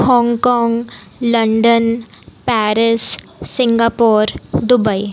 Hong Kong London Paris Singapore Dubai